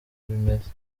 bimeze